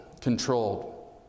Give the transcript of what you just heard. controlled